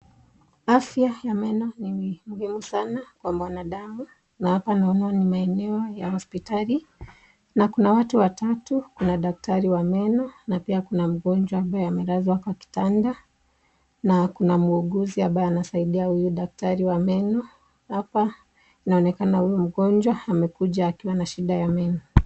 Afya ya meno ni muhimu sana kwa mwanadamu. Na hapa naona ni maeneo ya hospitali na Kuna watu watatu, Kuna daktari wa meno na pia Kuna mgonjwa ambaye amelazwa kwa kitanda Na Kuna muuguzi ambaye anamsaidia huyu daktari wa meno. Hapa inaonekana kuwa huyu mgonjwa amekuja akiwa na shida ya meno.